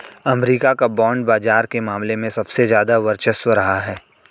अमरीका का बांड बाजार के मामले में सबसे ज्यादा वर्चस्व रहा है